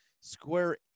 square